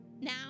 Now